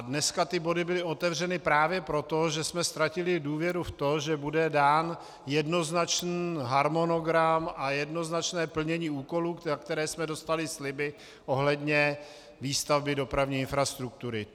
Dneska ty body byly otevřeny právě proto, že jsme ztratili důvěru v to, že bude dán jednoznačný harmonogram a jednoznačné plnění úkolů, na které jsme dostali sliby ohledně výstavby dopravní infrastruktury.